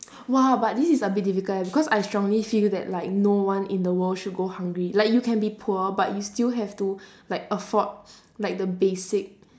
!wow! but this is a bit difficult leh because I strongly feel that like no one in the world should go hungry like you can be poor but you still have to like afford like the basic